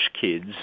kids